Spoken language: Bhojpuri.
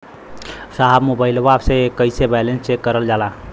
साहब मोबइलवा से कईसे बैलेंस चेक करल जाला?